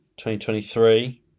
2023